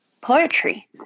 poetry